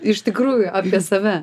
iš tikrųjų apie save